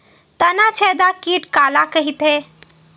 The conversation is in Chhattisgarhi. तनाछेदक कीट काला कइथे?